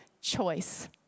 choice